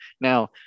Now